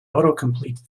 autocomplete